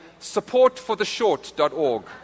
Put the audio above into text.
supportfortheshort.org